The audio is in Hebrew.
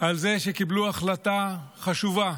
על שקיבלו החלטה חשובה